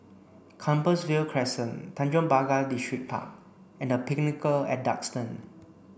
Compassvale Crescent Tanjong Pagar Distripark and The Pinnacle at Duxton